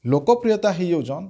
ଲୋକପ୍ରିୟତା ହେଇ ଯାଉଛନ୍